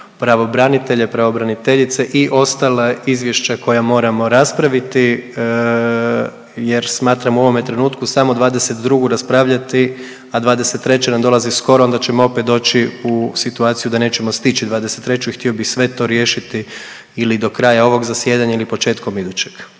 pravobranitelje, pravobraniteljice i ostala izvješća koja moramo raspraviti jer smatram u ovome trenutku samo '22. raspravljati, a '23. nam dolazi skoro onda ćemo opet doći u situaciju da nećemo stići '23. i htio bi sve to riješiti ili do kraja ovog zasjedanja ili početkom idućeg.